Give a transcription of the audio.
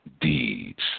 deeds